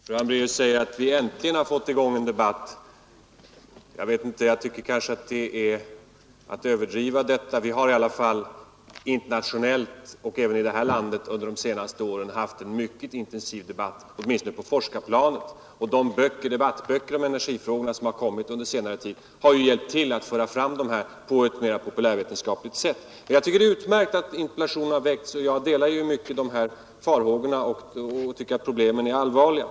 Herr talman! Fru Hambraeus säger att vi äntligen har fått i gång en debatt. Jag tycker kanske att det är att överdriva. Vi har i alla fall internationellt och även i det här landet under de senaste åren haft en mycket intensiv debatt, åtminstone på forskarplanet. Och de debattböcker om energifrågorna som har utgivits under senare tid har hjälpt till att föra fram dessa frågor på ett mera lättbegripligt sätt. Det är utmärkt att interpellationen har väckts, och jag delar i mycket farhågorna och anser att problemen är allvarliga.